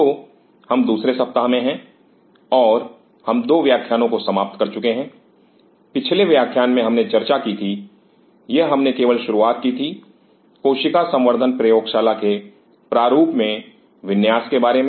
तो हम दूसरे सप्ताह में हैं और हम दो व्याख्यानों को समाप्त कर चुके हैं पिछले व्याख्यान में हमने चर्चा की थी यह हमने केवल शुरुआत की थी कोशिका संवर्धन प्रयोगशाला के प्रारूप में विन्यास के बारे में